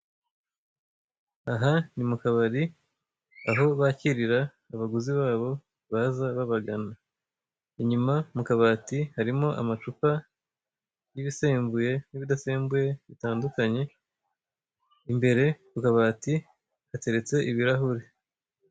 Aha ni mukabari aho bakirira abaguzi babo baza babagana, inyuma mu kabati harimo amacupa y'ibisembuye n'ibidasembuye bitandukanye, imbere mu kabati hateretse ibirahuri.